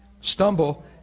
Stumble